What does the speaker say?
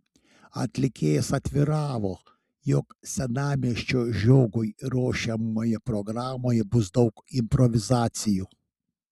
atlikėjas atviravo jog senamiesčio žiogui ruošiamoje programoje bus daug improvizacijų